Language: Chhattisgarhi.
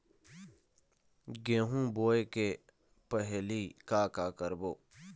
गेहूं बोए के पहेली का का करबो?